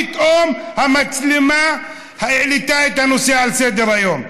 פתאום המצלמה העלתה את הנושא לסדר-היום.